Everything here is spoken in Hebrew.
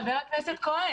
חבר הכנסת כהן.